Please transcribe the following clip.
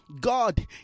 God